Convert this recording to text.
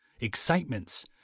excitements